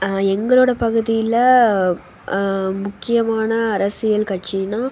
எங்களோடய பகுதியில முக்கியமான அரசியல் கட்சினால்